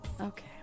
Okay